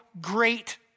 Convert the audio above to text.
great